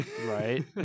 right